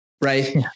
right